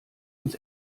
uns